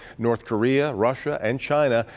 north korea, russia, and china.